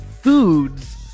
foods